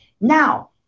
Now